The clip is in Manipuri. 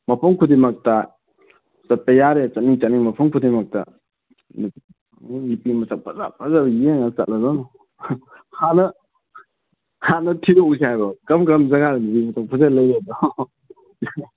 ꯃꯐꯝ ꯈꯨꯗꯤꯡꯃꯛꯇ ꯆꯠꯄ ꯌꯥꯔꯦ ꯆꯠꯅꯤꯡ ꯆꯠꯅꯤꯡ ꯃꯐꯝ ꯈꯨꯗꯤꯡꯃꯛꯇ ꯎꯝ ꯑꯗꯨꯝ ꯅꯨꯄꯤ ꯃꯁꯛ ꯐꯖ ꯐꯖꯕ ꯌꯦꯡꯉ ꯆꯠꯂꯗꯧꯅꯤ ꯍꯥꯟꯅ ꯍꯥꯟꯅ ꯊꯤꯗꯣꯛꯎꯁꯤ ꯍꯥꯏꯕ꯭ꯔꯣ ꯀꯔꯝ ꯀꯔꯝꯕ ꯖꯒꯥꯗ ꯅꯨꯄꯤ ꯃꯁꯛ ꯃꯇꯧ ꯐꯖꯕ ꯂꯩ ꯍꯥꯏꯕꯗꯣ